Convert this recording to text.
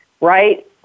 right